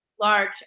large